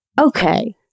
Okay